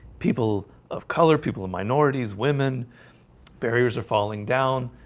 people of color people and minorities women barriers are falling down.